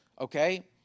okay